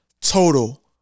total